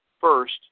first